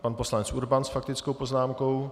Pan poslanec Urban s faktickou poznámkou.